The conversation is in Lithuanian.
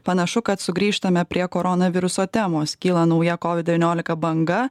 panašu kad sugrįžtame prie koronaviruso temos kyla nauji covid devyniolika banga